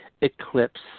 eclipse